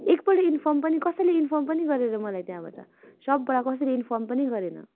एकपल्ट इन्फर्म पनि कसैले इन्फर्म पनि गरेर मलाई त्यहाँबाट सबबाट कसैले इन्फर्म पनि गरेन